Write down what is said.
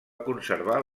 conservar